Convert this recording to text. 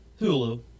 hulu